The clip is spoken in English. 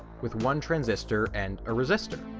with one transistor and a resistor,